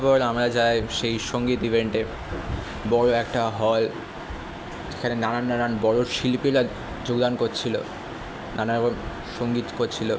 তারপর আমরা যাই সেই সঙ্গীত ইভেন্টে বড়ো একটা হল সেখানে নানান নানান বড়ো শিল্পীরা যোগদান করছিলো নানারকম সঙ্গীত করছিলো